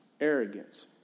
arrogance